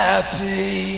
Happy